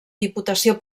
diputació